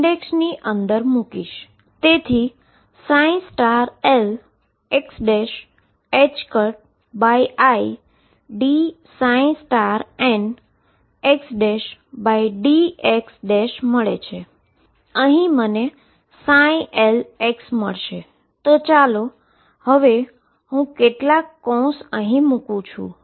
તેથી lxidnxdx અને અહીં મને ચાલો તો હવે હું કેટલાક કૌંસ અહી મૂકું છુ